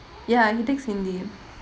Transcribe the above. ya he takes hindi